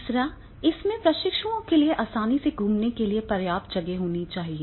तीसरा इसमें प्रशिक्षुओं के लिए आसानी से घूमने के लिए पर्याप्त जगह होनी चाहिए